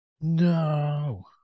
No